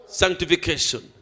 sanctification